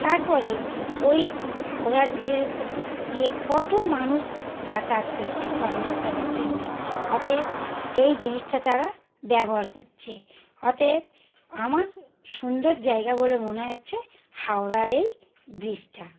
তারপরে ওই হাওড়া ব্রিজের উপর দিয়ে কত মানুষ যাতায়াত করছে কর্মস্থলের জন্য অতএব এই জিনিসটা তারা ব্যবহার করছে অতএব আমার সুন্দর জায়গা বলে মনে হচ্ছে হাওড়ার এই ব্রিজটা